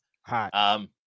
Hi